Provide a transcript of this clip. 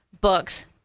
books